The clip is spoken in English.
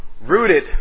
Rooted